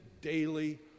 daily